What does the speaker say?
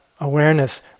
awareness